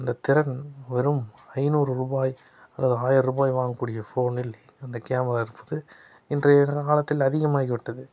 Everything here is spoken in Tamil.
அந்த திறன் வெறும் ஐநூறுரூபாய் அல்லது ஆயிர்ரூபாய் வாங்கக்கூடிய ஃபோனில் இந்த கேமரா இருப்பது இன்றைய தினக்காலத்தில் அதிகமாகிவிட்டது